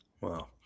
Wow